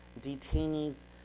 detainees